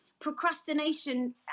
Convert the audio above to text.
procrastination